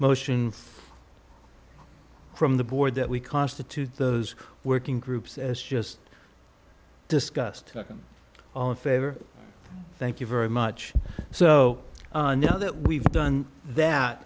motion from the board that we constitute those working groups as just discussed second on favor thank you very much so now that we've done that